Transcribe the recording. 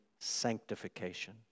sanctification